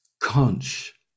Conch